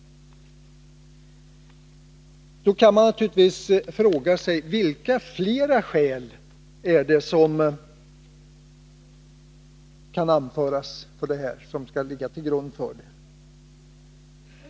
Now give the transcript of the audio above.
Då kan man naturligtvis fråga sig: Vilka flera skäl är det som kan anföras för denna förändring?